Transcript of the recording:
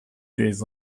days